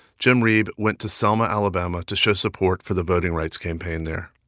jim reeb went to selma, ala, but um ah to show support for the voting rights campaign there.